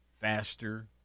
faster